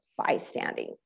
bystanding